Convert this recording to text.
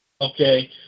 Okay